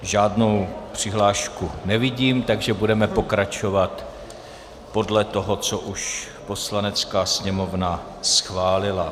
Žádnou přihlášku nevidím, takže budeme pokračovat podle toho, co už Poslanecká sněmovna schválili.